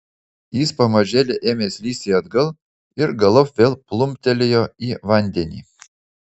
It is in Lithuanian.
jis pamažėle ėmė slysti atgal ir galop vėl plumptelėjo į vandenį